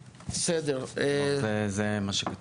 זה מה שכתוב.